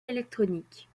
électronique